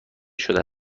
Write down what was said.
شده